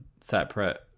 separate